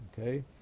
okay